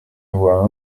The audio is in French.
voix